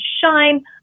shine